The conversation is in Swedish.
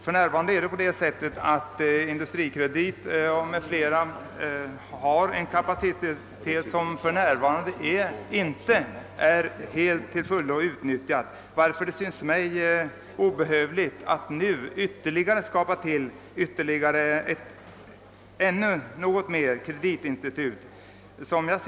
För närvarande har AB Industrikredit m.fl. en inte helt utnyttjad kapacitet, och därför synes det mig obehövligt att nu skapa flera kreditinstitut.